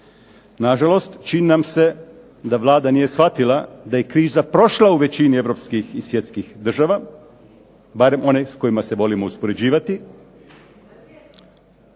Na žalost, čini nam se da Vlada nije shvatila da je kriza prošla u većini europskih i svjetskih država, barem one s kojima se volimo uspoređivati.